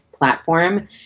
Platform